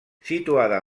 situada